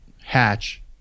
hatch